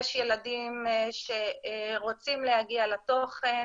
יש ילדים שרוצים להגיע לתוכן,